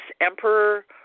emperor